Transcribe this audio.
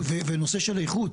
ונושא של איכות.